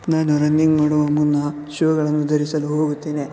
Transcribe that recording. ನಾನು ರನ್ನಿಂಗ್ ಮಾಡುವ ಮುನ್ನ ಶೂಗಳನ್ನು ಧರಿಸಲು ಹೋಗುತ್ತೇನೆ